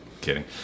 kidding